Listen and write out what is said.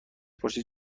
پرسید